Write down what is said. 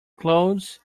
clothes